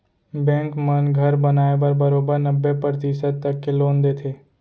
bank मन घर बनाए बर बरोबर नब्बे परतिसत तक के लोन देथे